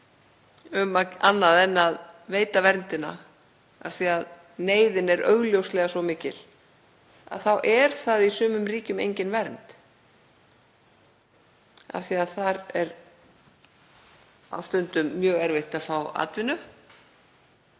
um annað en að veita verndina af því að neyðin er augljóslega svo mikil, þá er það í sumum ríkjum engin vernd af því að þar er á stundum mjög erfitt að fá atvinnu.